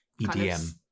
EDM